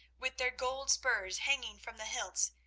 with their gold spurs hanging from the hilts,